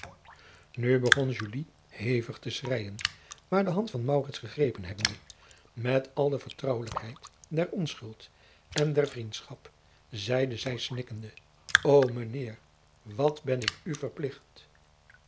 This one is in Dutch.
u begon hevig te schreijen maar de hand van gegrepen hebbende met al de vertrouwelijkheid der onschuld en der vriendschap zeide zij snikkende o ijn eer wat ben ik u verpligt